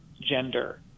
gender